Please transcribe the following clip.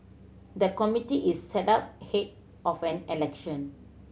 the committee is set up ahead of an election